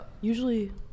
usually